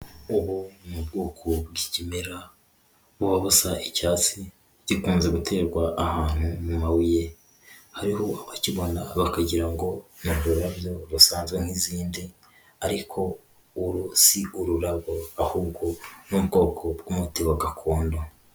Ubu ni bwoko bw'ikimera buba busa icyatsi gikunze guterwa ahantu mu mabuye, hariho abakibona bakagira ngo ni ururabyo rusazwe nk'izindi ariko uru si ururabo ahubwo n'ubwoko bw'umuti wa gakondo.